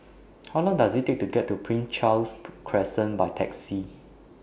How Long Does IT Take to get to Prince Charles Crescent By Taxi